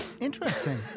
Interesting